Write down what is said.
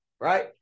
right